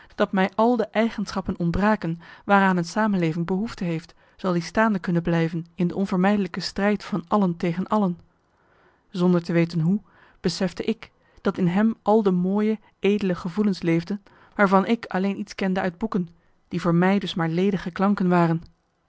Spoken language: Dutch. dat mij al de eigenschappen ontbraken waaraan een samenleving behoefte heeft zal i staande kunnen blijven in de onvermijdelijke strijd van allen tegen allen zonder te weten hoe besefte ik dat in hem al de mooie edele gevoelens leefden waarvan ik alleen iets kende uit boeken die voor mij dus maar marcellus emants een nagelaten bekentenis ledige klanken waren